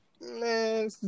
Man